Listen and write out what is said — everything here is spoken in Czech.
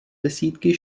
desítky